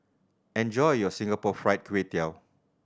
enjoy your Singapore Fried Kway Tiao